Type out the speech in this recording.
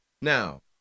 Now